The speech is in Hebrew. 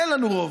אין לנו רוב.